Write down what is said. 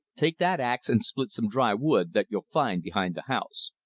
take that ax and split some dry wood that you'll find behind the house.